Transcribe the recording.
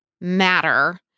matter